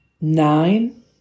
Nine